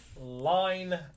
line